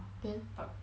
then